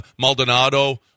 Maldonado